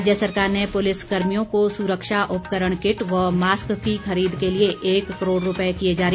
राज्य सरकार ने पुलिस कर्मियों को सुरक्षा उपकरण किट व मास्क की खरीद के लिए एक करोड़ रूपए किए जारी